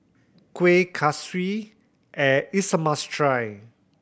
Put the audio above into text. Kuih Kaswi is a must try